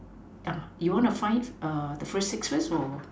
you want to find the first six first or